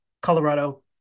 Colorado